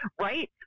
right